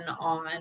on